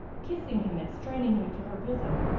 kissing him and straining him to her bosom,